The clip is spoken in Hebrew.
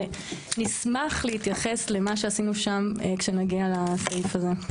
ונשמח להתייחס למה שעשינו שם כשנגיע לסעיף הזה.